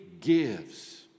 gives